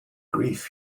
grief